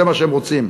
זה מה שהם רוצים.